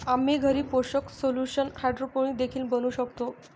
आम्ही घरी पोषक सोल्यूशन हायड्रोपोनिक्स देखील बनवू शकतो